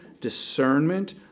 discernment